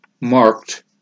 marked